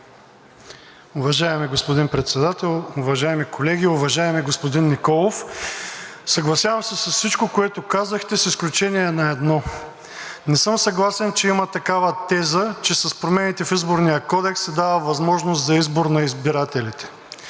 Уважаеми господин Председател, уважаеми колеги! Уважаеми господин Николов, съгласявам се с всичко, което казахте, с изключение на едно, не съм съгласен, че има такава теза, че с промените в Изборния кодекс се дава възможност за избор на избирателите.